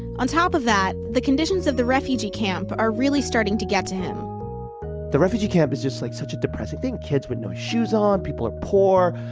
on top of that, the conditions of the refugee camp are really starting to get to him the refugee camp is just like such a depressing thing. kids with no shoes on, people are poor,